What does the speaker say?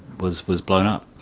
was was blown up.